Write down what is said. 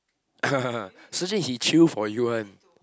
Su-Jin he chill for you one